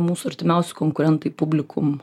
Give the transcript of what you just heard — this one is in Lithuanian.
mūsų artimiausi konkurentai publikum